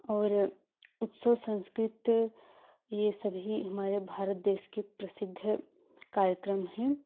और उसको संस्कृत यह सभी हमारे भारत देश के प्रसिद्ध हैं कार्यक्रम है